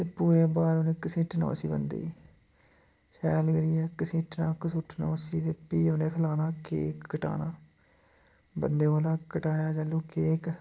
ते पूरे बाह्र उनें घसीटना उस बन्दे गी शैल करियै घसीटना घसुटना उसी ते फ्ही उ'नें खलाना केक कटाना बन्दे कोलां कटाया जेल्लू केक